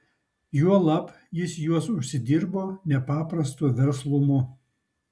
juolab jis juos užsidirbo nepaprastu verslumu